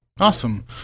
awesome